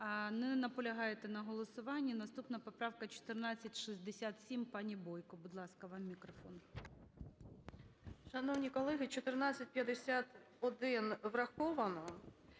Не наполягаєте на голосуванні. Наступна поправка – 1467. Пані Бойко, будь ласка, вам мікрофон.